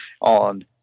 on